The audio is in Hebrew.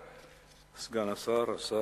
תודה, סגן השר, השר,